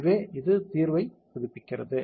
எனவே இது தீர்வைப் புதுப்பிக்கிறது